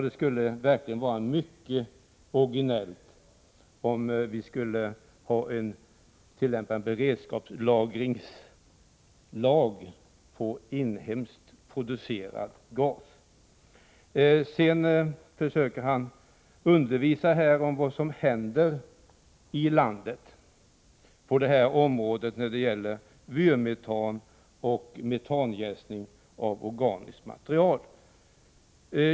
Det vore verkligen mycket originellt om vi — Nr 162 skulle tillämpa en beredskapslagringslag på inhemskt producerad gas! Åke Gustavsson försökte vidare undervisa om vad som händer i landet på det här området när det gäller vyrmetan och metanjäsning av organiskt material.